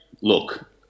Look